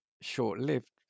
short-lived